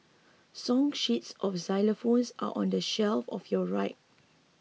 song sheets for xylophones are on the shelf of your right